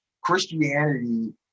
Christianity